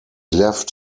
left